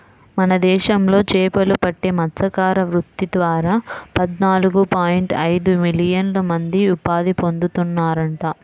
మన దేశంలో చేపలు పట్టే మత్స్యకార వృత్తి ద్వారా పద్నాలుగు పాయింట్ ఐదు మిలియన్ల మంది ఉపాధి పొందుతున్నారంట